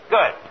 Good